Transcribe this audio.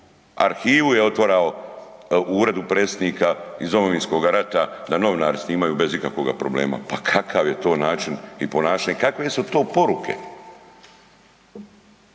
arhivu je otvarao u Uredu Predsjednika iz Domovinskoga rata da novinari snimaju bez ikakvoga problema. Pa kakav je to način i ponašanje? Kakve su to poruke?